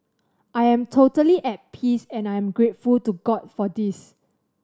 I am totally at peace and I'm grateful to God for this